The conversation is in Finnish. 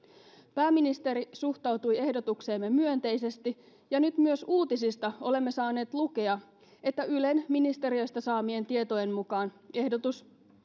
pääministeri suhtautui ehdotukseemme myönteisesti ja nyt myös uutisista olemme saaneet lukea että ylen ministeriöstä saamien tietojen mukaan ehdotus